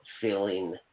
feeling